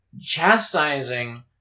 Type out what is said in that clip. chastising